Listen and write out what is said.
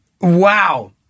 wow